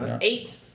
Eight